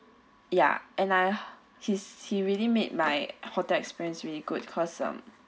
ya and I his he really made my hotel experience really good because um